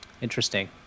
interesting